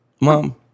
mom